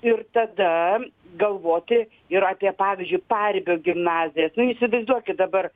ir tada galvoti ir apie pavyzdžiui paribio gimnazijas nu įsivaizduokit dabar